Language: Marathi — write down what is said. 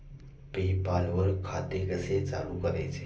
पे पाल वर खाते कसे चालु करायचे